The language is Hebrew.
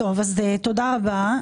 טוב, אז תודה רבה.